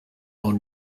own